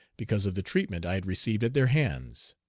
because of the treatment i had received at their hands.